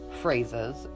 phrases